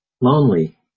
lonely